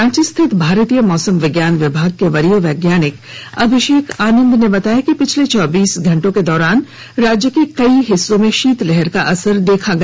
रांची स्थित भारतीय मौसम विज्ञान विभाग के वरीय वैज्ञानिक अभिषेक आनंद ने बताया कि पिछले चौबीस घंटों के दौरान राज्य के कई हिस्सों में षीतलहर का असर देखा गया